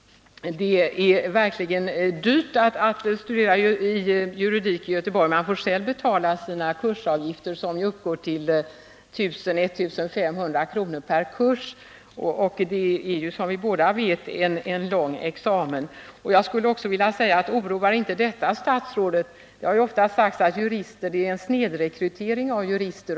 Det är verkligen dyrt att studera juridik i Göteborg. Man får själv betala sina kursavgifter, som uppgår till I 000-1 500 kr. per kurs. Och det är, som både statsrådet och jag vet, en lång studietid fram till examen. Jag skulle också vilja fråga om inte följande oroar statsrådet. Det har ofta sagts att det är en snedrekrytering av jurister.